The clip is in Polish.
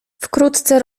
wkrótce